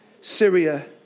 Syria